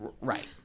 Right